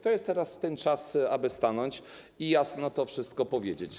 To jest teraz ten czas, aby stanąć i jasno to wszystko powiedzieć.